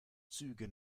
züge